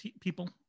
people